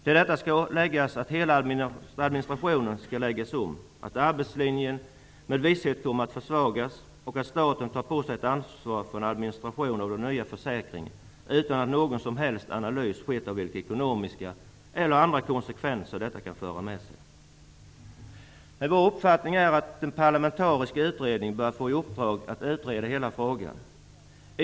Till detta skall läggas att hela administrationen skall läggas om, att arbetslinjen med visshet kommer att försvagas och att staten tar på sig ett ansvar för administrationen av den nya försäkringen, utan att någon som helst analys skett av vilka ekonomiska och andra konsekvenser detta kan få. Vår uppfattning är att en parlamentarisk utredning bör få i uppdrag att utreda frågan.